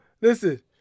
listen